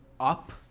up